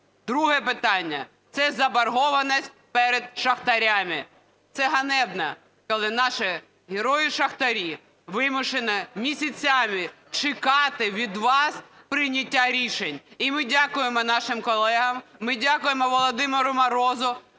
Друге питання – це заборгованість перед шахтарями. Це ганебно, коли наші герої шахтарі вимушені місяцями чекати від вас прийняття рішень. І ми дякуємо нашим колегам, ми дякуємо Володимиру Морозу,